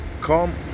come